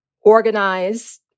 organize